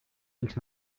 ich